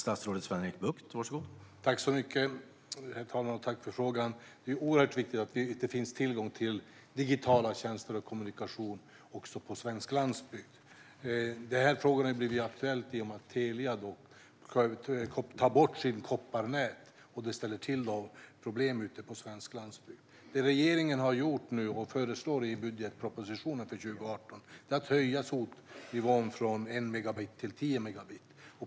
Herr talman! Jag vill tacka för frågan. Det är oerhört viktigt att det finns tillgång till digitala tjänster och kommunikation också på svensk landsbygd. Frågan har blivit aktuell i och med att Telia tar bort sitt kopparnät. Det ställer till problem ute på landsbygden. Det som regeringen föreslår i budgetpropositionen för 2018 är att SOT-nivån ska höjas från 1 megabit till 10 megabit.